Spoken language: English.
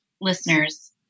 listeners